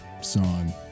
song